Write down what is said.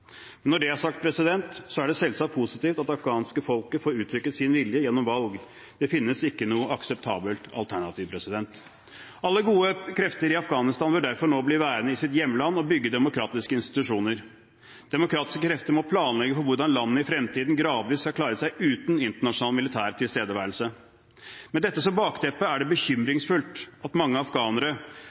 men erfaringen viser at sterke krefter i Taliban neppe betrakter demokrati som inngangsport til makt og innflytelse. Når det er sagt, er det selvsagt positivt at det afghanske folket får uttrykt sin vilje gjennom valg. Det finnes ikke noe akseptabelt alternativ. Alle gode krefter i Afghanistan bør derfor nå bli værende i sitt hjemland og bygge demokratiske institusjoner. Demokratiske krefter må planlegge for hvordan landet i fremtiden gradvis skal klare seg uten internasjonal militær tilstedeværelse. Med dette som bakteppe er det bekymringsfullt